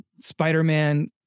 Spider-Man